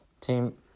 team